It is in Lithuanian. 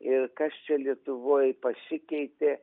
ir kas čia lietuvoj pasikeitė